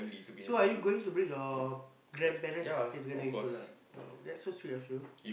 so are you going to bring your grandparents stay together with you lah !wow! that's so sweet of you